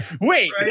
Wait